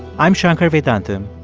i'm shankar vedantam,